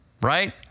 right